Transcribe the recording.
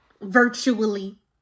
Virtually